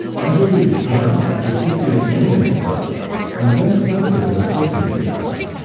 enter the return and recipient mailing addresses, and then center the recipient address.